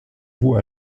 vous